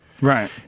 right